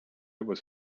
was